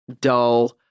dull